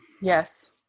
yes